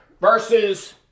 versus